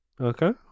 Okay